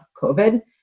COVID